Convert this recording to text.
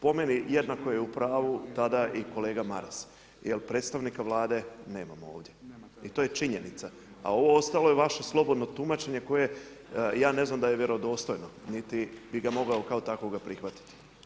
Po meni jednako je u pravu tada i kolega Maras, jer predstavnike Vlade nemamo ovdje i to je činjenica, a ovo ostalo je vaše slobodno tumačenje, koje ja ne znam, da je vjerodostojno, niti bi ga mogao kao takvoga prihvatiti.